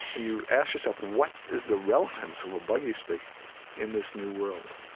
you ask yourself what is the relevance of a buggy stick in this new world?